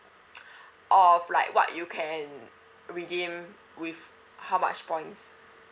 of like what you can redeem with how much points